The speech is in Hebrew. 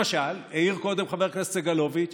למשל, העיר קודם חבר הכנסת סגלוביץ'